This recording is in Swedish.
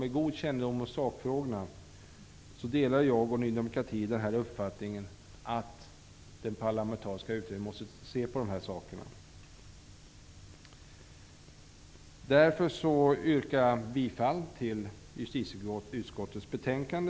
Med god kännedom om sakfrågorna delar jag och Ny demokrati uppfattningen att den parlamentariska utredningen måste titta på dessa saker. Därför yrkar jag bifall till hemställan i justitieutskottets betänkande.